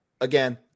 again